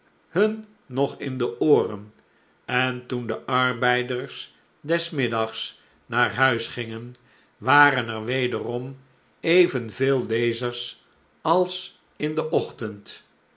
hun nog in de ooren en toen de arbeiders des middags naar huis gingen waren er wederom evenveel lezers als in den ochtend